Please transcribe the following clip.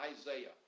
Isaiah